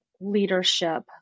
leadership